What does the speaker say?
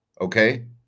okay